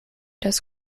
das